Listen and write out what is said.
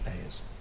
payers